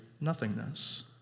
nothingness